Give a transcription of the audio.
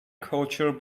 culture